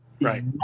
Right